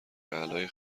اعلای